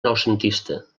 noucentista